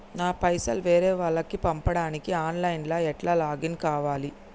నా పైసల్ వేరే వాళ్లకి పంపడానికి ఆన్ లైన్ లా ఎట్ల లాగిన్ కావాలి?